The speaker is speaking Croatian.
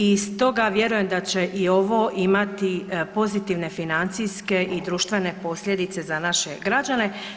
I stoga vjerujem da će i ovo imati pozitivne financijske i društvene posljedice za naše građane.